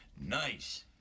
nice